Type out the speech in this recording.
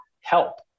help